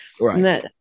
Right